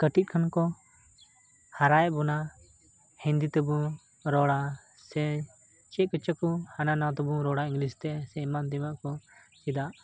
ᱠᱟᱹᱴᱤᱡ ᱠᱷᱚᱱ ᱠᱚ ᱦᱟᱨᱟᱭᱮᱫ ᱵᱚᱱᱟ ᱦᱤᱱᱫᱤ ᱛᱮᱵᱚᱱ ᱨᱚᱲᱟ ᱥᱮ ᱪᱮᱫ ᱠᱚᱪᱚ ᱦᱟᱱᱟ ᱱᱚᱣᱟ ᱫᱚᱵᱚᱱ ᱨᱚᱲᱟ ᱤᱝᱞᱤᱥ ᱛᱮ ᱥᱮ ᱮᱢᱟᱱ ᱛᱮᱭᱟᱜ ᱠᱚ